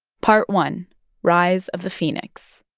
part one rise of the phoenix